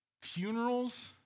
Funerals